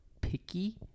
picky